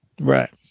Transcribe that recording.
Right